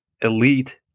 elite